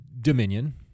dominion